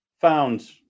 found